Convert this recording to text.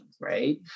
Right